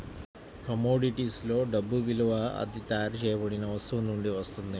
commodities లో డబ్బు విలువ అది తయారు చేయబడిన వస్తువు నుండి వస్తుంది